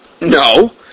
No